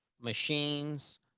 machines